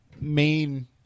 main